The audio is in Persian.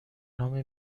نام